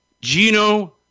Gino